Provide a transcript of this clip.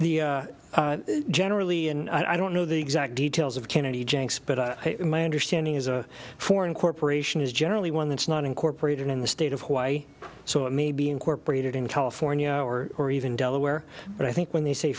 the generally and i don't know the exact details of kennedy jenks but i in my understanding is a foreign corporation is generally one that's not incorporated in the state of hawaii so it may be incorporated in california or or even delaware but i think when they say